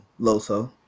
Loso